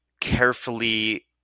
carefully